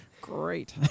Great